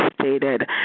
stated